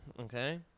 okay